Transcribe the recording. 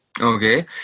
Okay